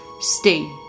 stay